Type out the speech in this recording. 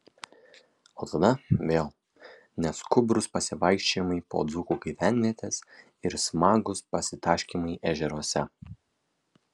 o tada vėl neskubrūs pasivaikščiojimai po dzūkų gyvenvietes ir smagūs pasitaškymai ežeruose